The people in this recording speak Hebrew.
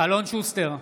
אלון שוסטר,